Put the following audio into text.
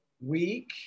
week